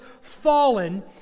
fallen